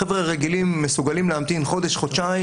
חבר'ה רגילים מסוגלים להמתין חודש, חודשיים.